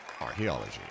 Archaeology